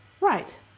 Right